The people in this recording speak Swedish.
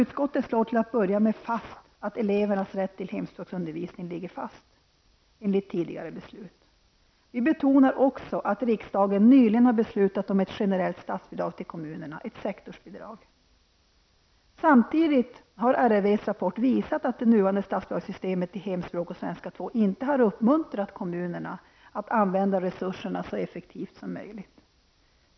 Till att börja med slår utskottet fast att elevernas rätt till hemspråksundervisning kvarstår, enligt tidigare beslut. Vi betonar också att riksdagen nyligen har beslutat om ett generellt statsbidrag till kommunerna, ett sektorsbidrag. Samtidigt visar RRVs rapport att det nuvarande statsbidragssystemet beträffande hemspråk och svenska 2 inte har uppmuntrat kommunerna till att använda resurserna så effektivt som möjligt.